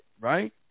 right